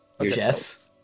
Yes